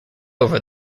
over